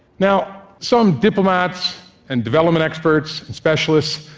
now, some diplomats and development experts and specialists,